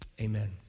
amen